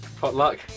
Potluck